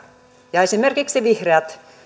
ja esimerkiksi vihreät